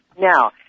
Now